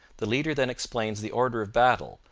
the leader then explains the order of battle,